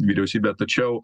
vyriausybę tačiau